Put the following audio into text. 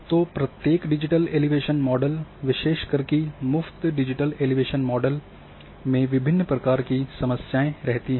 तो प्रत्येक digital elevation model विशेषकर की मुफ़्त डिजिटल एलिवेशन मॉडल में विभिन्न प्रकार की समस्या रहती हैं